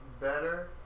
better